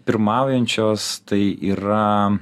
pirmaujančios tai yra